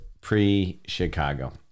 pre-Chicago